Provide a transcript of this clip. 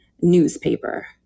newspaper